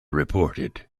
reported